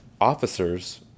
officers